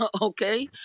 okay